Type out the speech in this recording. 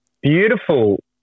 beautiful